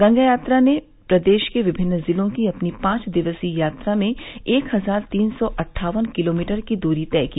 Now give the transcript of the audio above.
गंगा यात्रा ने प्रदेश के विमिन्न जिलों की अपनी पांच दिवसीय यात्रा में एक हजार तीन सौ अट्ठावन किलोमीटर की दूरी तय की